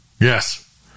Yes